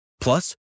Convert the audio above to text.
Plus